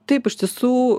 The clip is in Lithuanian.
taip iš tiesų